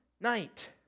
night